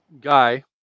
guy